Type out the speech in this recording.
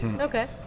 Okay